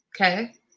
Okay